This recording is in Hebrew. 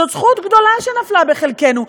זאת זכות גדולה שנפלה בחלקנו.